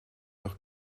doch